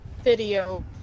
Video